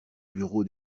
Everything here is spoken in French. bureau